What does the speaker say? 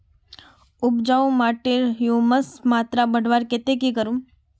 उपजाऊ माटिर ह्यूमस मात्रा बढ़वार केते की करूम?